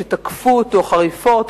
שתקפו אותו חריפות,